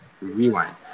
rewind